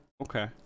Okay